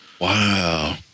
Wow